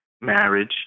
marriage